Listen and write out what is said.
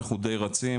אנחנו די רצים,